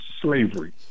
slavery